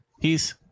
Peace